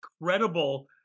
incredible